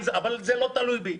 אבל זה לא תלוי בי.